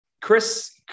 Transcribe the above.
Chris